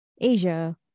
Asia